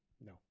No